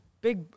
big